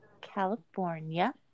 California